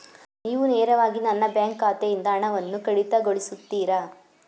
ನೀವು ನೇರವಾಗಿ ನನ್ನ ಬ್ಯಾಂಕ್ ಖಾತೆಯಿಂದ ಹಣವನ್ನು ಕಡಿತಗೊಳಿಸುತ್ತೀರಾ?